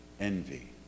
envy